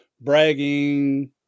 bragging